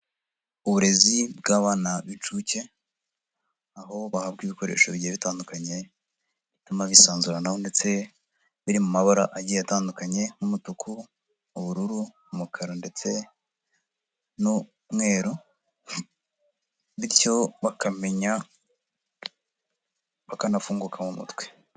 Uburezi bw'abana b'inshuke, aho bahabwa ibikoresho bigera bitandukanye, bituma bisanzuranaho ndetse biri mu mabara agiye atandukanye nk'umutuku, ubururu, umukara ndetse n'umweru, bityo bakamenya bakanafunguka mu mutwe.